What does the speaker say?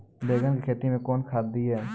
बैंगन की खेती मैं कौन खाद दिए?